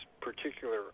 particular